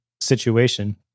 situation